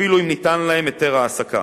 אפילו אם ניתן להם היתר העסקה,